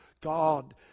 God